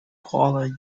college